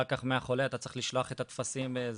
אחר כך מהחולה אתה צריך לשלוח את הטפסים למס הכנסה,